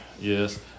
Yes